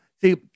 see